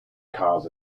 cars